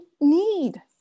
need